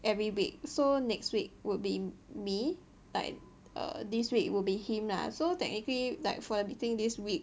every week so next week would be me like err this week will be him lah so technically like for the meeting this week